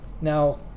Now